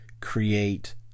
create